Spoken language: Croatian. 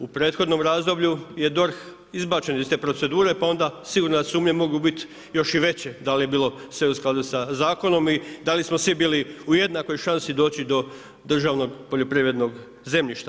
U prethodnom razdoblju je DORH izbačen iz te procedure pa onda sigurno da sumnje mogu biti još i veće da li je bilo sve u skladu sa zakonom i da li smo svi bili u jednakoj šansi doći do državnog poljoprivrednog zemljišta.